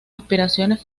aspiraciones